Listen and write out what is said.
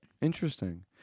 Interesting